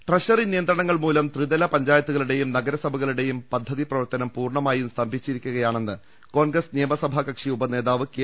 treasury നിയന്ത്രണങ്ങൾമൂലം ത്രിതല പഞ്ചായത്തുകളുടെയും നഗര സഭകളുടെയും പദ്ധതി പ്രവർത്തനം പൂർണ്ണമായും സ്തംഭിച്ചിരിക്കുകയാ ണെന്ന് കോൺഗ്രസ് നിയമസഭാകക്ഷി ഉപനേതാവ് കെ